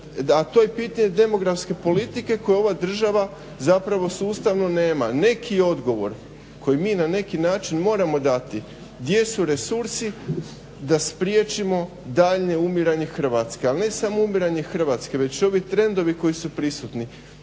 i to je pitanje demografske politike koje ova država zapravo sustavno nema. Neki odgovor koji mi na neki način moramo dati gdje su resursi da spriječimo daljnje umiranje Hrvatske, ali ne samo umiranje Hrvatske već ovi trendovi koji su prisutni.